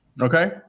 Okay